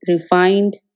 refined